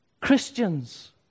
Christians